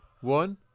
One